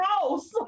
house